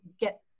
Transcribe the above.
get